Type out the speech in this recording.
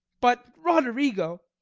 but, roderigo,